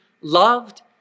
loved